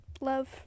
love